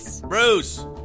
Bruce